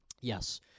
Yes